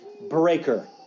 breaker